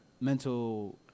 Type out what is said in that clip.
Mental